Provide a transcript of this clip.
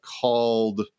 called